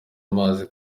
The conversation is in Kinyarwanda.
amazi